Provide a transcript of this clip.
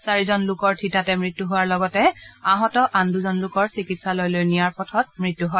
চাৰিজন লোকৰ থিতাতে মৃত্যু হোৱাৰ লগতে আহত আন দুজন লোকৰ চিকিৎসালয়লৈ নিয়াৰ পথতে মৃত্যু হয়